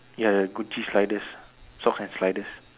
ya the Gucci sliders socks and sliders